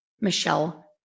Michelle